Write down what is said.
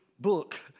Book